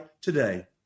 today